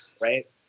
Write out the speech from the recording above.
right